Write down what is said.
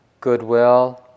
goodwill